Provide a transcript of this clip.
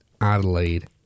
Adelaide